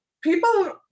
people